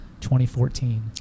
2014